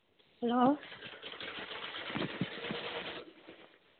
hello